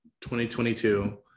2022